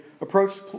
approached